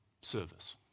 service